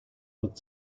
with